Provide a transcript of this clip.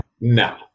no